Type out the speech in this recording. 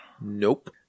Nope